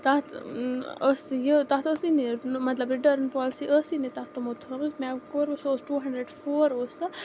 تَتھ ٲس یہِ تَتھ ٲسٕے نہٕ مطلب رِٹٲرٕن پالسی ٲسٕے نہٕ تَتھ تِمو تھٲومٕژ مےٚ کوٚر وۄنۍ سُہ اوس ٹوٗ ہَنٛڈرَڈ فور اوس سُہ